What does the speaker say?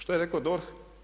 Što je rekao DORH?